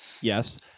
Yes